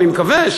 אני מקווה,